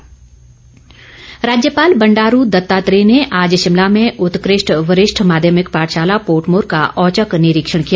राज्यपाल राज्यपाल बंडारू दत्तात्रेय ने आज शिमला में उत्कृष्ट वरिष्ठ माध्यमिक पाठशाला पोर्टमोर का औचक निरीक्षण किया